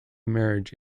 marriage